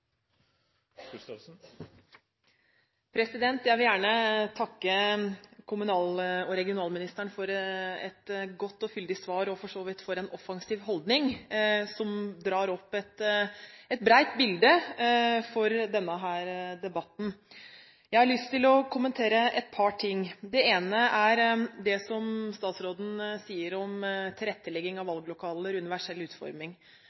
Jeg vil gjerne takke kommunal- og regionalministeren for et godt og fyldig svar, og for så vidt for en offensiv holdning som drar opp et bredt bilde for denne debatten. Jeg har lyst til å kommentere et par ting. Det ene er det som statsråden sier om tilrettelegging av valglokaler og universell utforming.